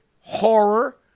horror